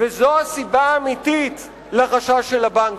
וזאת הסיבה האמיתית לחשש של הבנקים,